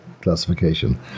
classification